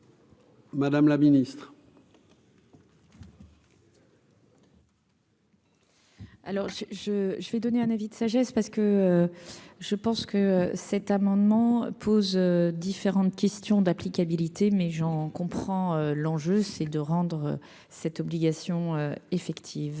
Madame la Ministre. Alors je, je, je vais donner un avis de sagesse parce que je pense que cet amendement pose différentes questions d'applicabilité mais j'en comprends l'enjeu, c'est de rendre cette obligation effective.